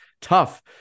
tough